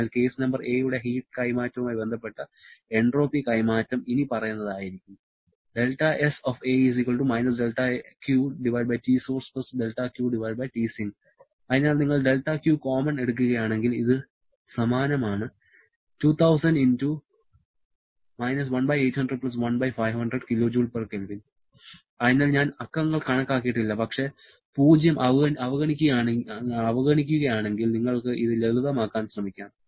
അതിനാൽ case number 'a' യുടെ heat കൈമാറ്റവുമായി ബന്ധപ്പെട്ട എൻട്രോപ്പി കൈമാറ്റം ഇനിപ്പറയുന്നതായിരിക്കും അതിനാൽ നിങ്ങൾ δQ കോമൺ എടുക്കുകയാണെങ്കിൽ ഇത് സമാനമാണ് അതിനാൽ ഞാൻ അക്കങ്ങൾ കണക്കാക്കിയിട്ടില്ല പക്ഷേ 0 അവഗണിക്കുകയാണെങ്കിൽ നിങ്ങൾക്ക് ഇത് ലളിതമാക്കാൻ ശ്രമിക്കാം